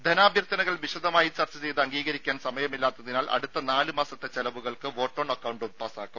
ധനാഭ്യർഥനകൾ വിശദമായി ചർച്ച ചെയ്ത് അംഗീകരിക്കാൻ സമയമില്ലാത്തതിനാൽ അടുത്ത നാല് മാസത്തെ ചെലവുകൾക്ക് വോട്ടോൺ അക്കൌണ്ട് പാസാക്കും